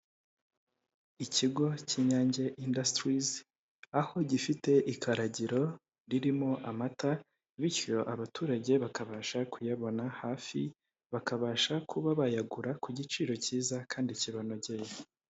Ikigo cy'Inyange indasitirizi, aho gifite ikaragiro ririmo amata, bityo abaturage bakabasha kuyabona hafi, bakabasha kuba bayagura ku giciro cyiza kandi kibanogeye.